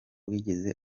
wigeze